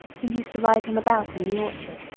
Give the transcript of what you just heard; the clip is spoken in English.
who used to ride him about in the orchard,